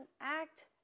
act